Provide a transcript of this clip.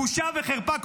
בושה וחרפה.